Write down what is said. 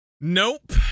Nope